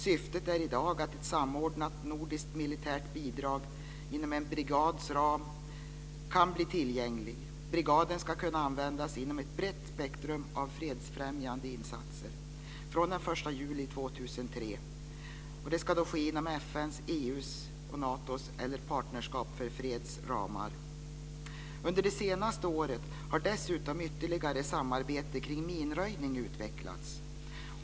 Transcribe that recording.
Syftet är i dag att ett samordnat nordiskt militärt bidrag inom en brigads ram kan bli tillgängligt. Brigaden ska kunna användas inom ett brett spektrum av fredsfrämjande insatser fr.o.m. den 1 juli 2003 och inom FN:s, EU:s, Natos eller Partnerskap för freds ramar. Under det senaste året har dessutom ytterligare samarbete kring minröjning utvecklats.